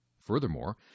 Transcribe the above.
Furthermore